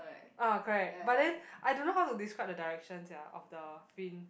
ah correct but then I don't know how to describe the direction sia of the fin